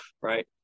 right